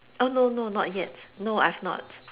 oh no no not yet no I've not